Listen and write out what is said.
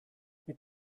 mit